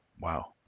wow